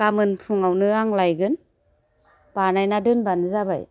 गाबोन फुङानो आं लायगोन बानायना दोनबानो जाबाय